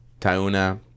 Tauna